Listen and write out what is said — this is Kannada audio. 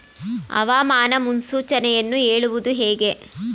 ಹವಾಮಾನ ಮುನ್ಸೂಚನೆಯನ್ನು ಹೇಳುವುದು ಹೇಗೆ?